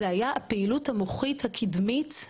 זה היה הפעילות המוחית הקדמית.